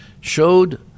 showed